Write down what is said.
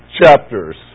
chapters